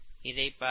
இதை பார்க்கவும்